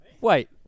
Wait